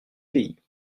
pays